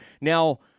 Now